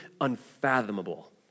unfathomable